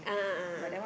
ah ah ah